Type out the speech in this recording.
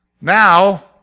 Now